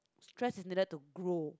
stress is needed to grow